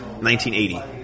1980